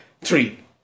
Three